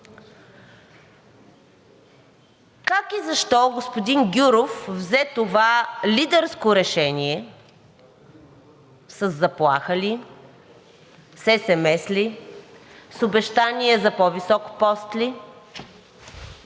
Как и защо господин Гюров взе това лидерско решение? Със заплаха ли, с есемес ли, с обещание за по-висок пост ли?